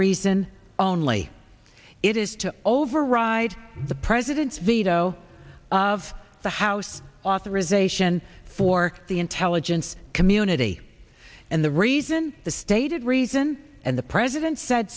reason only it is to override the president's veto of the house authorization for the intelligence community and the reason the stated reason and the president said